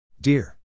Dear